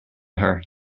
her